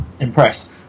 impressed